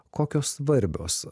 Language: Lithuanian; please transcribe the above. kokios svarbios